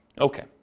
Okay